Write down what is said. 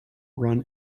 run